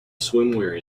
swimwear